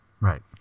Right